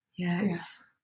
Yes